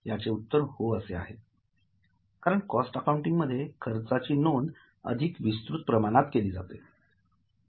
याचे उत्तर हो असे आहे कारण कॉस्ट अकाउंटिंग मध्ये या खर्चाची नोंद अधिक विस्तृत प्रमाणात केली जाते